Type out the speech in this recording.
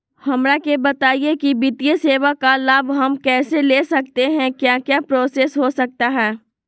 हमरा के बताइए की वित्तीय सेवा का लाभ हम कैसे ले सकते हैं क्या क्या प्रोसेस हो सकता है?